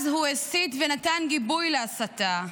אז הוא הסית ונתן גיבוי להסתה,